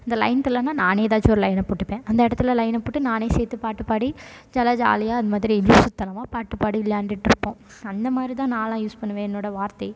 அந்த லைன் தெரிலனா நானே எதாச்சும் ஒரு லைனை போட்டுப்பேன் அந்த இடத்துல லைனை போட்டு நானே சேர்த்து பாட்டுப் பாடி ஜல்லா ஜாலியாக இந்த மாதிரி லூசுத்தனமாக பாட்டுப் பாடி விளையாண்டுட்டுருப்போம் அந்த மாதிரி தான் நான்லாம் யூஸ் பண்ணுவேன் என்னோடய வார்த்தை